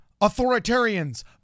authoritarians